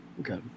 Okay